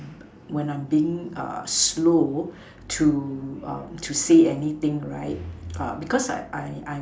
when I'm being uh slow to uh to say anything right uh because I I I'm